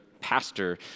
pastor